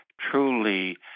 truly